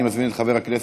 אני מוסיף שגם חברת הכנסת